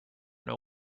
know